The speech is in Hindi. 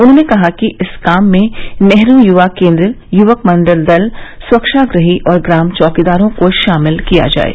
उन्होंने कहा कि इस काम में नेहरू युवा केन्द्र युवक मंगल दल स्वच्छाग्रही और ग्राम चौकीदारों को शामिल किया जाये